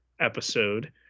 episode